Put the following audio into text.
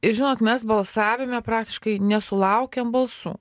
ir žinot mes balsavime praktiškai nesulaukiam balsų